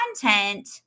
content